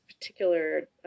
particular